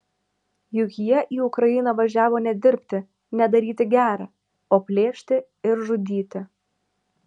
juk jie į ukrainą važiavo ne dirbti ne daryti gera o plėšti ir žudyti